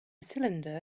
cylinder